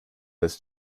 this